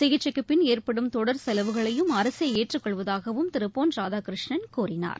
சிகிச்சைக்குபின் ஏற்படும் தொடர் செலவுகளையும் அரசேஏற்றுக்கொள்வதாகவும் திருபொன் ராதாகிருஷ்ணன் கூறினார்